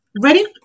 ready